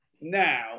now